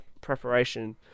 preparation